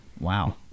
Wow